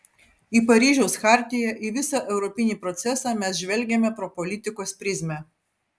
į paryžiaus chartiją į visą europinį procesą mes žvelgiame pro politikos prizmę